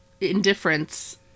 indifference